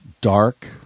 dark